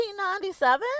1997